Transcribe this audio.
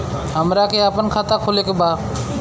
हमरा के अपना खाता खोले के बा?